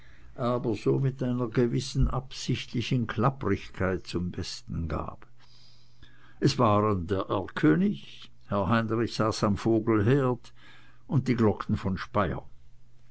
aber mit einer gewissen absichtlichen klapprigkeit zum besten gab es waren der erlkönig herr heinrich saß am vogelherd und die glocken von speyer